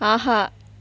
ஆஹா